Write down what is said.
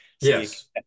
Yes